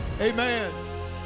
Amen